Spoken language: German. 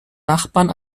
nachbarn